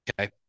Okay